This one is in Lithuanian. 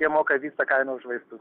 jie moka visą kainą vaistus